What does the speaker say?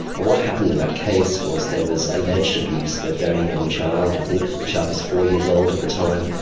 and what happened in that case was there was alleged abuse of a very young child, i think the child was four years old at the time,